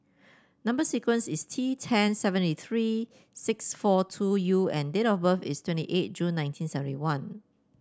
number sequence is T ten seventy three six four two U and date of birth is twenty eight June nineteen seventy one